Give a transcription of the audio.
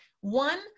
one